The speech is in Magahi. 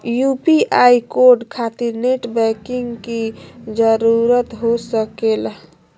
यू.पी.आई कोड खातिर नेट बैंकिंग की जरूरत हो सके ला?